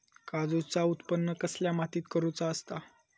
काजूचा उत्त्पन कसल्या मातीत करुचा असता?